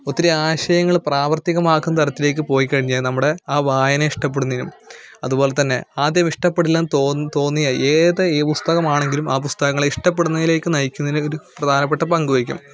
ഒത്തിരി ആശയങ്ങള് പ്രാവർത്തികമാക്കും തരത്തിലേക്ക് പോയിക്കഴിഞ്ഞാൽ നമ്മുടെ ആ വായന ഇഷ്ടപ്പെടുന്നതിനും അതുപോലെതന്നെ ആദ്യം ഇഷ്ടപ്പെടില്ലെന്ന് തോന്ന് തോന്നിയ ഏത് പുസ്തകമാണെങ്കിലും ആ പുസ്തകങ്ങളെ ഇഷ്ടപ്പെടുന്നതിലേക്ക് നയിക്കുന്നതിനൊരു പ്രധാനപ്പെട്ട പങ്ക് വഹിക്കും